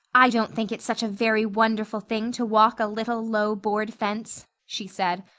i don't think it's such a very wonderful thing to walk a little, low, board fence, she said.